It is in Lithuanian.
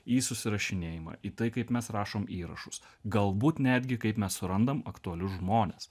į susirašinėjimą į tai kaip mes rašom įrašus galbūt netgi kaip mes surandam aktualius žmones